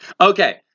okay